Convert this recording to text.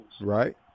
Right